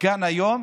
כאן היום.